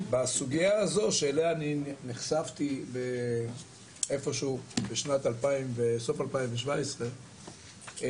בסוגייה הזו שאליה נחשפתי איפה שהוא בסוף 2017,